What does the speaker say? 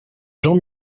jean